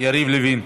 יריב לוין.